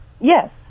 yes